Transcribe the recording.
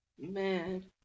Man